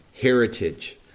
heritage